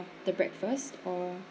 the breakfast or